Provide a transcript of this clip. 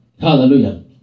Hallelujah